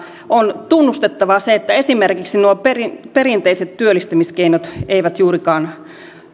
on tunnustettava se että esimerkiksi nuo perinteiset perinteiset työllistämiskeinot eivät juurikaan